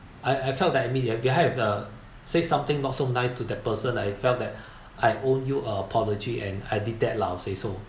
I I felt that I mean you behind of the say something not so nice to that person I felt that I owe you a apology and I did that lah I will say so